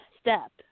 step